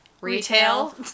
retail